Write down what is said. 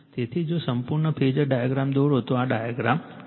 તેથી જો સંપૂર્ણ ફેઝર ડાયાગ્રામ દોરો તો આ ડાયાગ્રામ છે